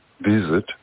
visit